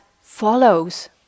follows